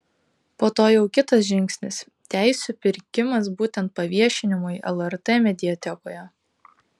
po to jau kitas žingsnis teisių pirkimas būtent paviešinimui lrt mediatekoje